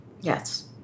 Yes